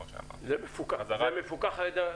מפוקח.